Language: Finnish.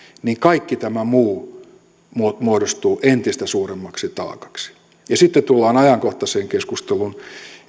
niin kaikki tämä muu muu muodostuu entistä suuremmaksi taakaksi sitten tullaan ajankohtaiseen keskusteluun